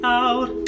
out